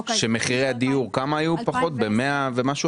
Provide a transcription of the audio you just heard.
--- כשמחירי הדיור היו פחותים בכמה?